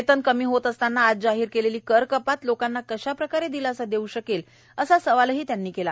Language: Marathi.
वेतन कमी होत असताना आज जाठीर झालेली कर कपात लोकांना कशाप्रकारे दिलासा देवू शकेल असा सवाल त्यांनी केला